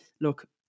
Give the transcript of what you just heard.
look